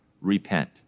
repent